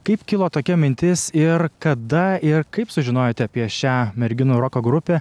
kaip kilo tokia mintis ir kada ir kaip sužinojote apie šią merginų roko grupė